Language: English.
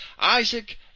Isaac